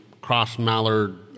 cross-mallard